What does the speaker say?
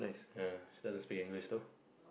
ya she doesn't speak English though